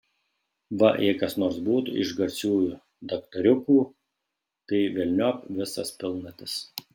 va jei kas nors būtų iš garsiųjų daktariukų tai velniop visas pilnatis